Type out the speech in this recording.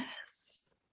Yes